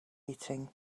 eating